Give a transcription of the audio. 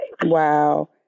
Wow